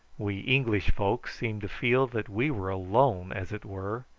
we english folk seemed to feel that we were alone as it were,